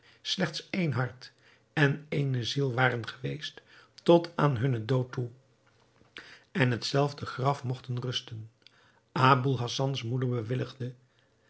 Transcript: slecht één hart en ééne ziel waren geweest tot aan hunnen dood toe in het zelfde graf mogten rusten aboul hassans moeder bewilligde